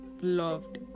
loved